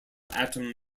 atom